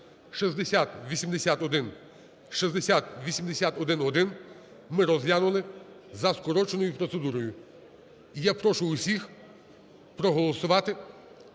6081 і 6081-1 ми розглянули за скороченою процедурою. Прошу проголосувати,